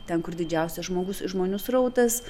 ten kur didžiausias žmogus žmonių srautas